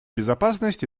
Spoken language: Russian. безопасность